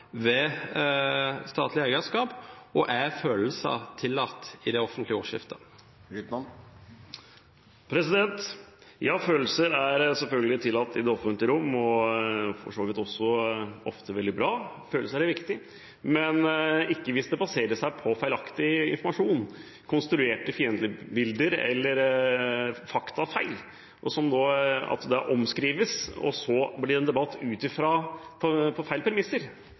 ved statlig eierskap, og er følelser tillatt i det offentlige ordskiftet? Ja, følelser er selvfølgelig tillatt i det offentlige rom og er for så vidt også ofte veldig bra. Følelser er viktig, men ikke hvis de baserer seg på feilaktig informasjon, konstruerte fiendebilder eller faktafeil, som fører til omskrivninger, og så blir det en debatt på feil premisser. Da blir det feil.